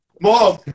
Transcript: Mom